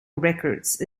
records